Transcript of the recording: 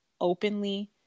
openly